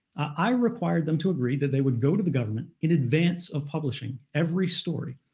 i required them to agree that they would go to the government, in advance of publishing every story,